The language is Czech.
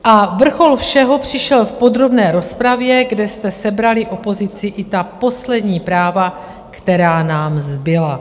A vrchol všeho přišel v podrobné rozpravě, kde jste sebrali opozici i ta poslední práva, která nám zbyla.